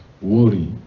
worry